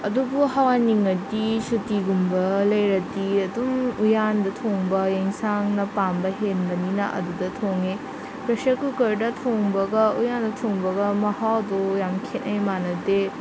ꯑꯗꯨꯕꯨ ꯍꯥꯎꯍꯟꯅꯤꯡꯉꯗꯤ ꯁꯨꯇꯤꯒꯨꯝꯕ ꯂꯩꯔꯗꯤ ꯑꯗꯨꯝ ꯎꯌꯥꯟꯗ ꯊꯣꯡꯕ ꯑꯦꯟꯁꯥꯡꯅ ꯄꯥꯝꯕ ꯍꯦꯟꯕꯅꯤꯅ ꯑꯗꯨꯗ ꯊꯣꯡꯉꯦ ꯄ꯭ꯔꯦꯁꯔ ꯀꯨꯀꯔꯗ ꯊꯣꯡꯕꯒ ꯎꯌꯥꯟꯗ ꯊꯣꯡꯕꯒ ꯃꯍꯥꯎꯗꯣ ꯌꯥꯝ ꯈꯦꯠꯅꯩ ꯃꯥꯟꯅꯗꯦ